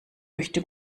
möchte